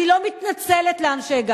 אני לא מתנצלת, לאן שהגעתי.